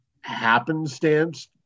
happenstance